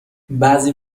بعضی